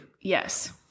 Yes